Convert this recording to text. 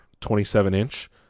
27-inch